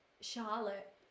Charlotte